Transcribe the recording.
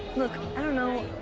look, i don't know,